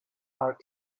are